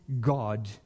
God